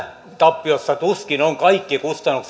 tappiossa tuskin on kaikki kustannukset